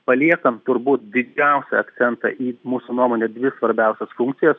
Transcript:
paliekam turbūt didžiausią akcentą į mūsų nuomone dvi svarbiausias funkcijas